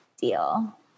deal